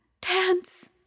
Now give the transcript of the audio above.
Dance